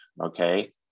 okay